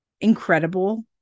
incredible